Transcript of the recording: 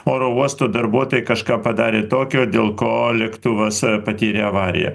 oro uosto darbuotojai kažką padarė tokio dėl ko lėktuvas patyrė avariją